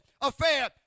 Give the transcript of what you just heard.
affair